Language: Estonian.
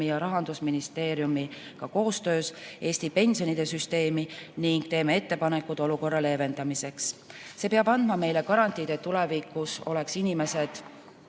ja Rahandusministeeriumi koostöös Eesti pensionisüsteemi ning teeme ettepanekud olukorra leevendamiseks. See peab andma meile garantii, et tulevikus oleksid inimesed